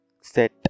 set